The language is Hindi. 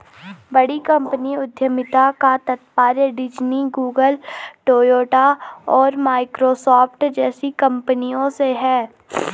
बड़ी कंपनी उद्यमिता का तात्पर्य डिज्नी, गूगल, टोयोटा और माइक्रोसॉफ्ट जैसी कंपनियों से है